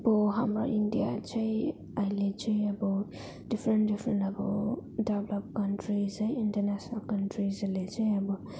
हो हाम्रो इन्डिया चाहिँ अहिले चाहिँ अब डिफ्रेन्ट डिफ्रेन्ट अब डेभलप कन्ट्रिज है इन्टरनेसनल कन्ट्रीजहरूले चाहिँ अब